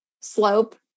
slope